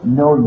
no